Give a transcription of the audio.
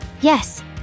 Yes